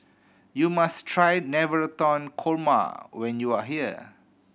you must try Navratan Korma when you are here